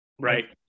Right